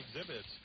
exhibits